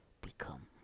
become